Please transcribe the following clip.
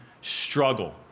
struggle